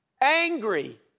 angry